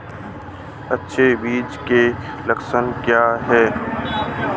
अच्छे बीज के लक्षण क्या हैं?